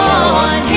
on